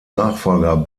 nachfolger